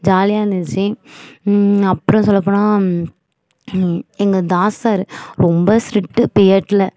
ஜாலியாக இருந்துச்சு அப்புறம் சொல்லப்போனால் எங்கள் தாஸ் சார் ரொம்ப ஸ்ட்ரிக்ட்டு பிஎட்டில